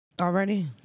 Already